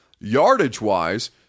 Yardage-wise